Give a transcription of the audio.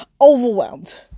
overwhelmed